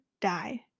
die